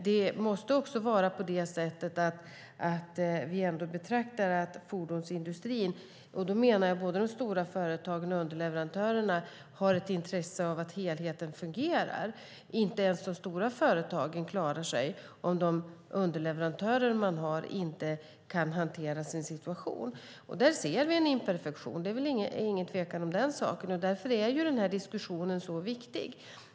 Vi måste också beakta att fordonsindustrin, och då menar jag både de stora företagen och underleverantörerna, har ett intresse av att helheten fungerar. Inte ens de stora företagen klarar sig om de underleverantörer man har inte kan hantera sin situation. Där ser vi en imperfektion, det är ingen tvekan om den saken, och därför är den här diskussionen så viktig.